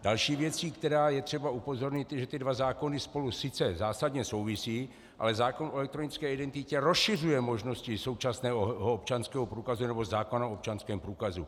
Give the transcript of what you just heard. Další věcí, na kterou je třeba upozornit, je, že ty dva zákony spolu sice zásadně souvisí, ale zákon o elektronické identitě rozšiřuje možnosti současného občanského průkazu, nebo zákona o občanském průkazu.